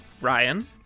Ryan